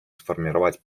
сформировать